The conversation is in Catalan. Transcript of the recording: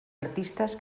artistes